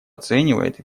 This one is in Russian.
оценивает